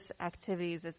activities